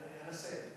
אני אנסה.